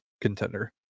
contender